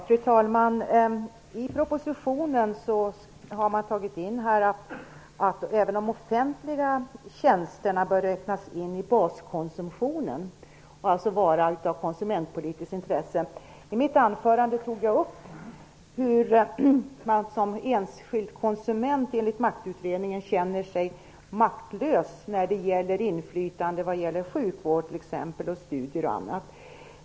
Fru talman! I propositionen har man tagit med att även de offentliga tjänsterna bör räknas in i baskonsumtionen och alltså vara av konsumentpolitiskt intresse. I mitt anförande tog jag upp hur man enligt maktutredningen känner sig maktlös som enskild konsument när det gäller inflytande i fråga om exempelvis sjukvård, studier och annat.